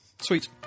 Sweet